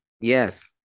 Yes